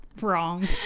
Wrong